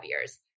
years